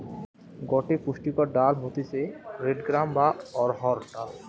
গটে পুষ্টিকর ডাল হতিছে রেড গ্রাম বা অড়হর ডাল